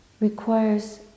requires